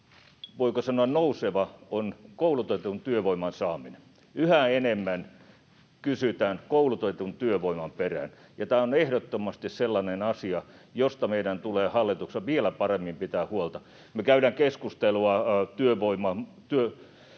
voiko sanoa, nouseva on koulutetun työvoiman saaminen, yhä enemmän kysytään koulutetun työvoiman perään. Tämä on ehdottomasti sellainen asia, josta meidän, hallituksen, tulee vielä paremmin pitää huolta. Me käymme keskustelua työperäisestä